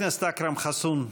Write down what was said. חבר הכנסת אכרם חסון,